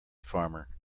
farmer